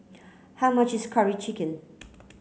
how much is curry chicken